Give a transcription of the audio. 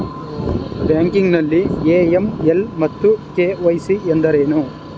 Banking ನಲ್ಲಿ AML ಮತ್ತು KYC ಎಂದರೇನು?